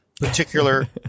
particular